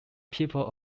people